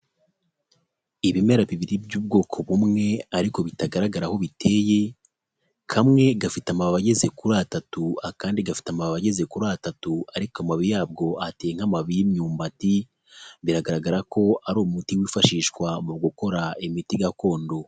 Ibimera bibiri by'ubwoko bumwe ariko bitagaragara aho biteye kamwe gafite amababi ageze kuri atatu akandi gafite amababi ageze kuri atatu ariko amababi yabwo ateye nk'amababi y'imyumbati biragaragara ko ari umuti wifashishwa mu gukora imiti gakondo.